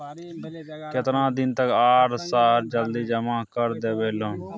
केतना दिन तक आर सर जल्दी जमा कर देबै लोन?